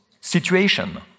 situation